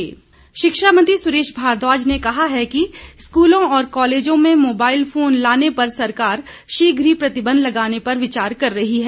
school mobile शिक्षा मंत्री सुरेश भारद्वाज ने कहा है कि स्कूलों और कॉलेजों में मोबाइल फोन लाने पर सरकार शीघ्र ही प्रतिबंध लगाने पर विचार कर रही है